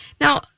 Now